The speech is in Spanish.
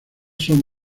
son